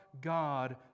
God